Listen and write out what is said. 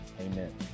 Amen